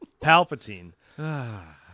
Palpatine